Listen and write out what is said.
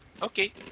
Okay